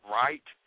right